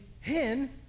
hen